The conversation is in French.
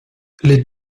les